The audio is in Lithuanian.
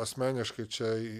asmeniškai čia